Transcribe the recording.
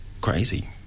crazy